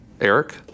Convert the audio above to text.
Eric